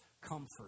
comfort